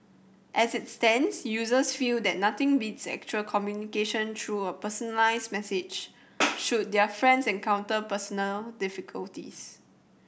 as it stands users feel that nothing beats actual communication through a personalised message should their friends encounter personal difficulties